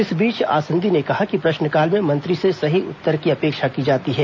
इस बीच आसंदी ने कहा कि प्रश्नकाल में मंत्री से सही उत्तर की अपेक्षा की जाती है